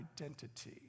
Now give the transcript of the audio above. identity